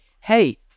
hey